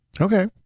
okay